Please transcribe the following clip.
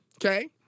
okay